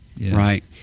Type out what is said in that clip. right